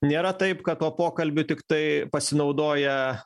nėra taip kad to pokalbiu tiktai pasinaudoja